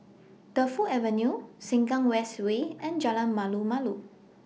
Defu Avenue Sengkang West Way and Jalan Malu Malu